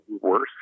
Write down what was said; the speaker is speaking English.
worse